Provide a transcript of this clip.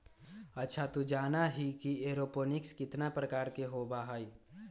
अच्छा तू जाना ही कि एरोपोनिक्स कितना प्रकार के होबा हई?